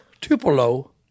tupelo